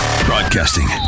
Broadcasting